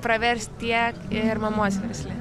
pravers tiek ir mamos versle